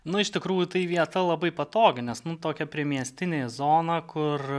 nu iš tikrųjų tai vieta labai patogi nes nu tokia priemiestinė zona kur